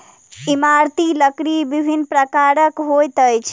इमारती लकड़ी विभिन्न प्रकारक होइत अछि